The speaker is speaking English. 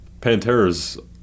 Panteras